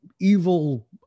evil